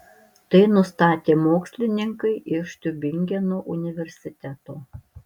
tai nustatė mokslininkai iš tiubingeno universiteto